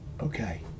Okay